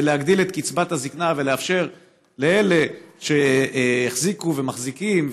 להגדיל את קצבת הזקנה ולאפשר לאלה שהחזיקו ומחזיקים,